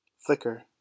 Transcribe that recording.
Flicker